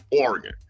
Oregon